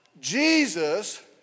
Jesus